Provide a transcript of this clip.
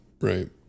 Right